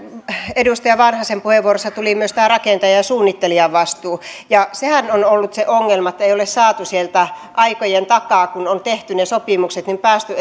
edustaja vanhasen puheenvuorossa tuli myös tämä rakentajan ja suunnittelijan vastuu sehän on ollut se ongelma että ei ole saatu tietoja sieltä aikojen takaa kun on tehty ne sopimukset ei ole päästy